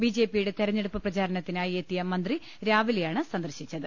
ബിജെപിയുടെ തെരഞ്ഞെടുപ്പ് പ്രചരണത്തി നായി എത്തിയ മന്ത്രി രാവിലെയാണ് ത്രൂരിനെ സന്ദർശിച്ചത്